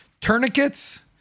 tourniquets